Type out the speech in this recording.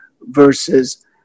versus